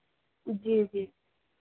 जी जी